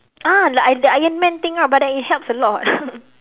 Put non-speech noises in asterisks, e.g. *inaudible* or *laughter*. ah like the ironman thing ah but that it helps a lot *laughs*